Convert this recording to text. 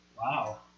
Wow